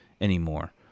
anymore